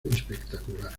espectacular